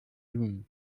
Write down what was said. zoom